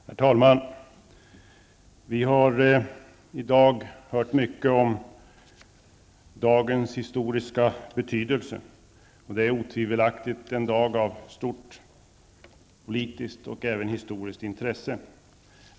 Herr talman! Vi har i dag hört mycket om dagens historiska betydelse, och det är otvivelaktigt en dag av stort politiskt och även historiskt intresse.